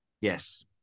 yes